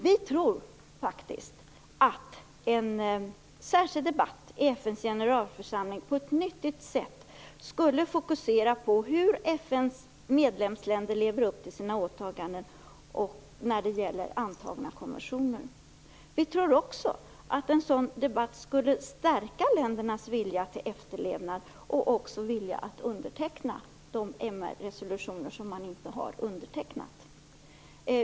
Vi tror faktiskt att en särskild debatt i FN:s generalförsamling på ett nyttigt sätt skulle fokusera på hur FN:s medlemsländer lever upp till sina åtaganden när det gäller antagna konventioner. Vi tror också att en sådan debatt skulle stärka ländernas vilja till efterlevnad och också vilja att underteckna de MR resolutioner som man inte har undertecknat.